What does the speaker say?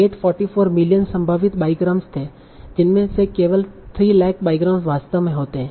844 million संभावित bigrams थे जिनमें से केवल 300000 बाईग्राम वास्तव में होते हैं